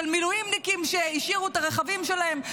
של מילואימניקים שהשאירו את הרכבים שלהם,